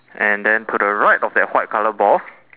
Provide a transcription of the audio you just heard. and then to the right of that white colour ball